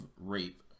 rape